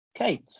okay